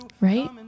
Right